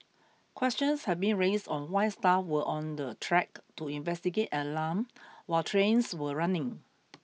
questions have been raised on why staff were on the track to investigate an alarm while trains were running